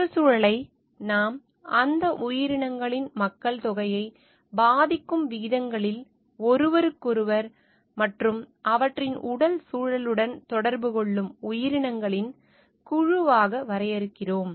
சுற்றுச்சூழலை நாம் அந்த உயிரினங்களின் மக்கள்தொகையை பாதிக்கும் விதங்களில் ஒருவருக்கொருவர் மற்றும் அவற்றின் உடல் சூழலுடன் தொடர்பு கொள்ளும் உயிரினங்களின் குழுவாக வரையறுக்கிறோம்